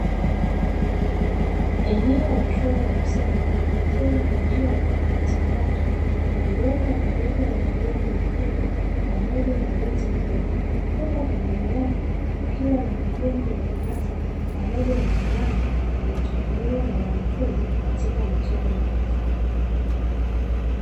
Eneo la shule ya msingi, likiwa na njia ya kupita watu, viunga vilivyo na majani mafupi pamoja na miti mirefu, huku pembeni yake kukiwa na majengo ya darasa pamoja na kiwanja kinachotumiwa na wanafunzi katika michezo mbalimbali.